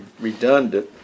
redundant